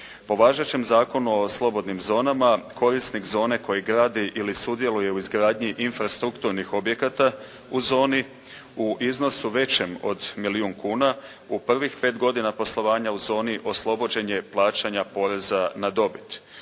Po važećem Zakonu o slobodnim zonama korisnik zone koji gradi ili sudjeluje u izgradnji infrastrukturnih objekata u zoni u iznosu većem od milijun kuna u prvih pet godina poslovanja u zoni oslobođen je plaćanja poreza na dobit.